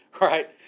right